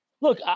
look